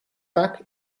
vaak